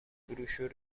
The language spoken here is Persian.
بروشور